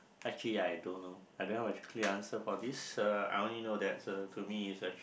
actually I don't know I don't have a clear answer for this uh I only know that uh to me it's